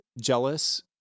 jealous